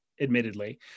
admittedly